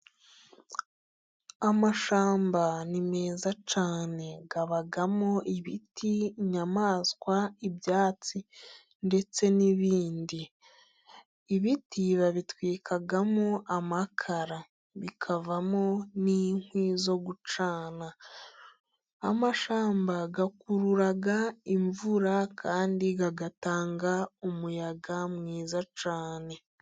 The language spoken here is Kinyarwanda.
Amashyamba ni meza cyane. Abamo ibiti inyamaswa ibyatsi ndetse n'ibindi. Ibiti babitwikamo amakara bikavamo n'inkwi zo gucana. Amashyamba akururaga imvura kandi agatanga umuyaga mwiza cyane.